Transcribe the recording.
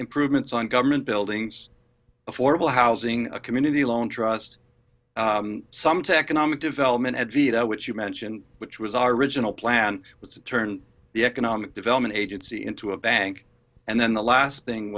improvements on government buildings affordable housing a community loan trust some technomage development which you mentioned which was our regional plan was to turn the economic development agency into a bank and then the last thing